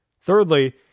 Thirdly